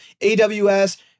AWS